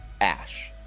ash